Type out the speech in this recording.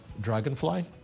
Dragonfly